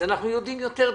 אז אנחנו יודעים יותר דברים,